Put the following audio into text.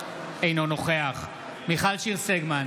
אינו נוכח מיכל שיר סגמן,